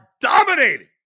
dominating